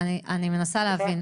אני מנסה להבין.